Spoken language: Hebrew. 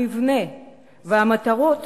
המבנה והמטרות